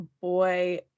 boy